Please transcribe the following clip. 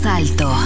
alto